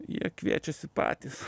jie kviečiasi patys